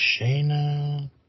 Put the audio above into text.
Shayna